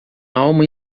alma